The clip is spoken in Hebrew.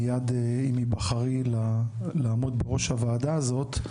מיד עם היבחרי לעמוד בראש הוועדה הזאת,